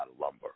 lumber